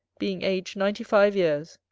being aged ninety-five years,